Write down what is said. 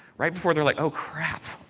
right, before they are like, oh, crap.